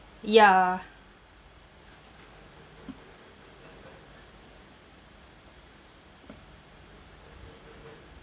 ya